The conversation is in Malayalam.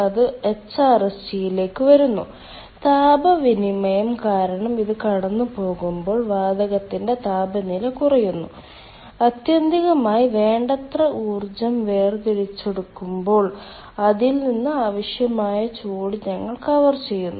അത് എച്ച്ആർഎസ്ജിയിലേക്ക് വരുന്നു താപ വിനിമയം കാരണം ഇത് കടന്നുപോകുമ്പോൾ വാതകത്തിന്റെ താപനില കുറയുന്നു ആത്യന്തികമായി വേണ്ടത്ര ഊർജ്ജം വേർതിരിച്ചെടുക്കുമ്പോൾ അതിൽ നിന്ന് ആവശ്യമായ ചൂട് ഞങ്ങൾ കവർ ചെയ്യുന്നു